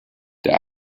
der